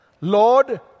Lord